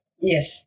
yes